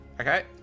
Okay